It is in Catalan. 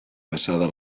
passada